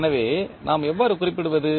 எனவே நாம் எவ்வாறு குறிப்பிடுவது